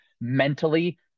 mentally